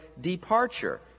departure